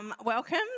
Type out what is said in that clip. Welcome